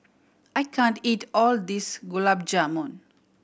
I can't eat all of this Gulab Jamun